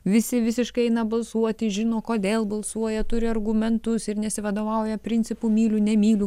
visi visiškai eina balsuoti žino kodėl balsuoja turi argumentus ir nesivadovauja principu myliu nemyliu